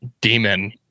demon